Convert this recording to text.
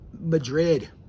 Madrid